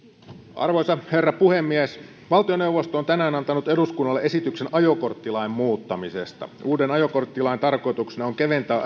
arvoisa herra puhemies valtioneuvosto on tänään antanut eduskunnalle esityksen ajokorttilain muuttamisesta uuden ajokorttilain tarkoituksena on keventää